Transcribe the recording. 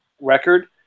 record